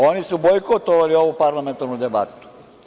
Oni su bojkotovali ovu parlamentarnu debatu.